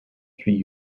three